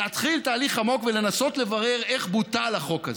להתחיל תהליך עמוק ולנסות לברר איך בוטל החוק הזה.